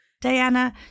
Diana